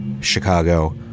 Chicago